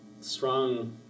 strong